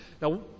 Now